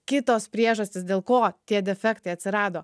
kitos priežastys dėl ko tie defektai atsirado